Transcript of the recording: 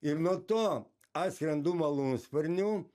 ir nuo to atskrendu malūnsparniu